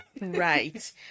Right